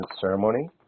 ceremony